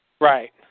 Right